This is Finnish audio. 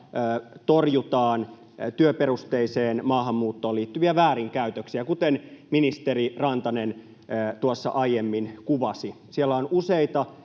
torjutaan työperusteiseen maahanmuuttoon liittyviä väärinkäytöksiä, kuten ministeri Rantanen tuossa aiemmin kuvasi. Siellä on useita